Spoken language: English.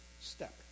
step